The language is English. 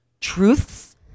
truths